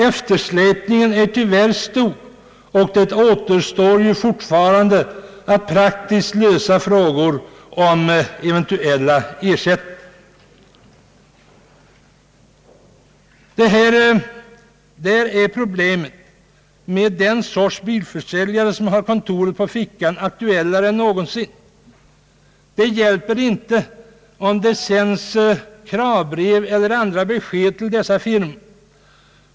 Eftersläpningen är tyvärr stor och det återstår ju fortfarande att praktiskt lösa frågan om eventuella ersättningar. Där är problemet med den sorts bilförsäljare ”som har kontoret på fickan aktuellare än någonsin. Det hjälper inte, om det sänds kravbrev eller andra besked till dessa ”firmor”.